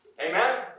Amen